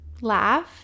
Laugh